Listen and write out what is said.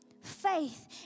Faith